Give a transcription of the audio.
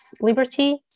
liberty